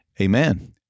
Amen